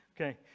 Okay